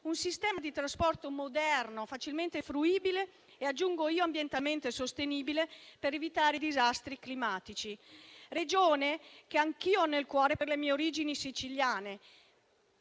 un sistema di trasporto moderno, facilmente fruibile e - aggiungo io - ambientalmente sostenibile per evitare i disastri climatici. È una Regione che anch'io ho nel cuore per le mie origini siciliane.